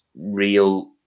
real